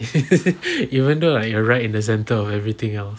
even though like you're right in the centre of everything else